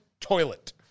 toilet